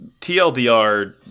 TLDR